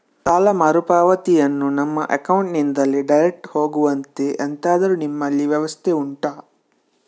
ಸಾಲ ಮರುಪಾವತಿಯನ್ನು ನಮ್ಮ ಅಕೌಂಟ್ ನಿಂದಲೇ ಡೈರೆಕ್ಟ್ ಹೋಗುವಂತೆ ಎಂತಾದರು ನಿಮ್ಮಲ್ಲಿ ವ್ಯವಸ್ಥೆ ಉಂಟಾ